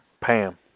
Pam